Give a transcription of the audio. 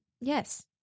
Yes